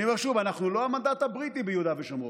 אני אומר שוב: אנחנו לא המנדט הבריטי ביהודה ושומרון.